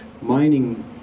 mining